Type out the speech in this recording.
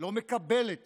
לא מקבל את